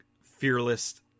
fearless